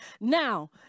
Now